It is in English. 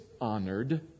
honored